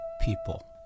people